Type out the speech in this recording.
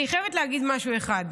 אני חייבת להגיד משהו אחד.